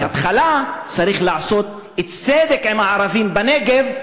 בהתחלה צריך לעשות צדק עם הערבים בנגב,